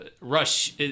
Rush